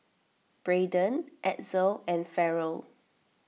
Braydon Edsel and Farrell